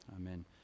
Amen